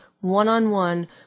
one-on-one